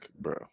bro